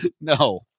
No